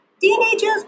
Teenagers